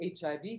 HIV